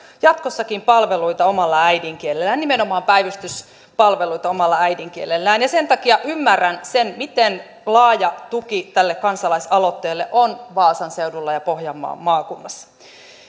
jatkossakin palveluita omalla äidinkielellään nimenomaan päivystyspalveluita omalla äidinkielellään ja sen takia ymmärrän sen miten laaja tuki tälle kansalaisaloitteelle on vaasan seudulla ja pohjanmaan maakunnassa